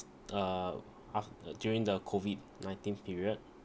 uh ah during the COVID nineteen period